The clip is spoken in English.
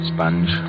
Sponge